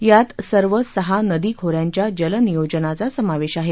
यात सर्व सहा नदी खोऱ्यांच्या जलनियोजनाचा समावेश आहे